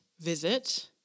visit